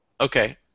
Okay